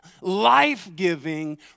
life-giving